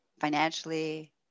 financially